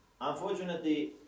unfortunately